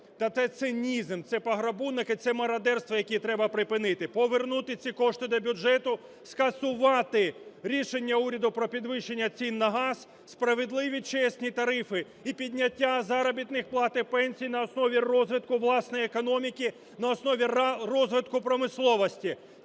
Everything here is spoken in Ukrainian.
Та це цинізм, цепограбунок і це мародерство, яке треба припинити. Повернути ці кошти до бюджету, скасувати рішення уряду про підвищення цін на газ. Справедливі, чесні тарифи і підняття заробітних плат і пенсій на основі розвитку власної економіки, на основі розвитку промисловості.